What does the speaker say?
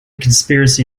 conspiracy